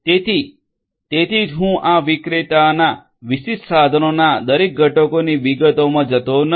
તેથી તેથી જ હું આ વિક્રેતાના વિશિષ્ટ સાધનોના દરેક ઘટકોની વિગતોમાં જતો નથી